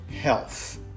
health